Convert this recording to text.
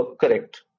correct